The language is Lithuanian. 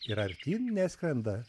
ir artyn neskrenda